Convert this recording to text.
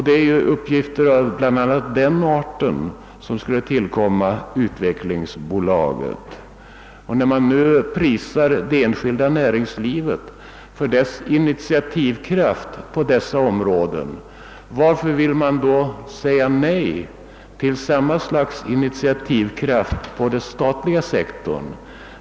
Det är uppgifter av bl.a. den arten som skulle tillkomma utvecklingsbolaget. När man i det borgerliga lägret nu prisar det enskilda näringslivet för dess initiativkraft på olika områden, varför vill man då säga nej till samma slags initiativkraft på den statliga sektorn?